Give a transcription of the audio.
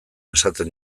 esaten